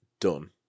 done